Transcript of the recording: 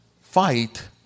fight